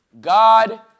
God